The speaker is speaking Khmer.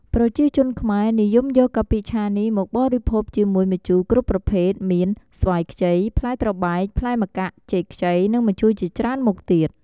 ប្រជាជនខ្មែរនិយមយកកាពិឆានេះមកបរិភោគជាមួយម្ជូរគ្រប់ប្រភេទមាន ស្វាយខ្ចី ផ្លែត្របែក ផ្លែម្កាក់ ចេកខ្ចី និងម្ជូរជាច្រើនមុខទៀត។